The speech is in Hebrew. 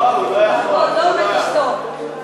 תעמוד דום ותשתוק.